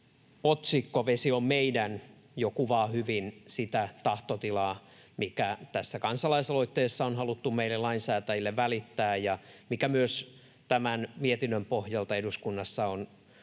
otsikko ”Vesi on meidän” jo kuvaa hyvin sitä tahtotilaa, mikä tässä kansalaisaloitteessa on haluttu meille lainsäätäjille välittää ja mikä myös tämän mietinnön pohjalta eduskunnassa on